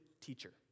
teacher